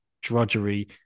drudgery